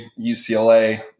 UCLA